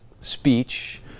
speech